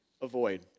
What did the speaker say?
Avoid